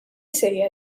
sejjer